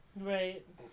right